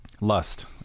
lust